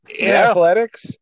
athletics